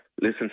Listen